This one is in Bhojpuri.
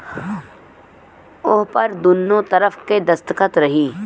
ओहपर दुन्नो तरफ़ के दस्खत रही